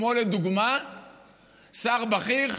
כמו לדוגמה שר בכיר,